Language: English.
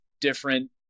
different